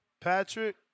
Patrick